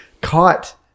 Caught